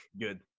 Good